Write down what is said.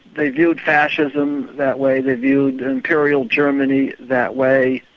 they viewed fascism that way, they viewed imperial germany that way,